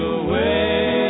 away